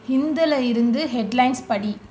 ஹிந்துவில் இருந்து ஹெட்லைன்ஸைப் படி